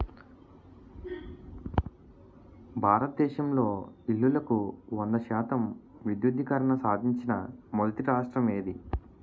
భారతదేశంలో ఇల్లులకు వంద శాతం విద్యుద్దీకరణ సాధించిన మొదటి రాష్ట్రం ఏది?